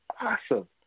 awesome